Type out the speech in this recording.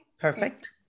Perfect